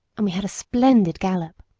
and we had a splendid gallop.